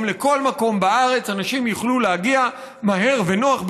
לכל מקום בארץ אנשים יוכלו להגיע מהר ונוח,